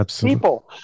people